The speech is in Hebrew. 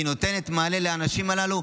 נותנת מענה לאנשים הללו,